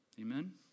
Amen